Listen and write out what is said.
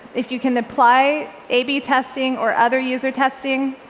if you can apply a b testing or other user testing,